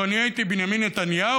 לו אני הייתי בנימין נתניהו,